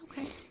okay